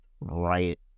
right